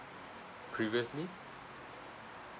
previously